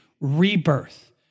rebirth